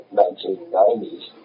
1990s